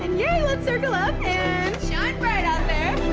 and yay let's circle up shine bright out there!